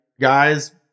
guys